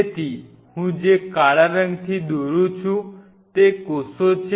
તેથી હું જે કાળા રંગથી દોરું છું તે કોષો છે